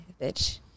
bitch